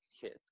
kids